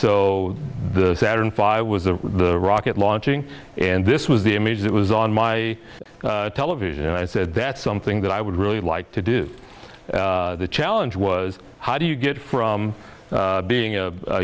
so the saturn five was the rocket launching and this was the image that was on my television and i said that's something that i would really like to do the challenge was how do you get from being